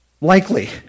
Likely